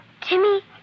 Timmy